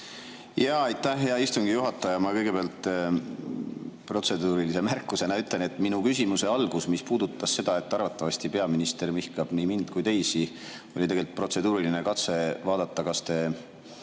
Aitäh, hea istungi juhataja! Ma kõigepealt protseduurilise märkusena ütlen, et minu küsimuse algus, mis puudutas seda, et arvatavasti peaminister vihkab nii mind kui ka teisi, oli tegelikult protseduuriline katse vaadata, kas te